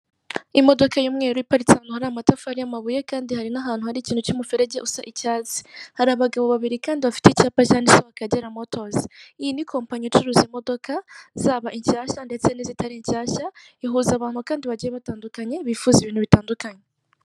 Imodoka y'umweru iparitse hari amatafari y'amabuye kandi hari n'ahantu hari ikintu cy'umuferege usa icyatsi. Hari abagabo babiri kandi bafite icyapa cyanditseho akagera motozi .Iyi ni kompanyi icuruza imodoka zaba inshyashya ndetse n'izitari inshyashya, ihuza abantu kandi bagiye batandukanye bifuza ibintu bitandukanye.